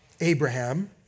Abraham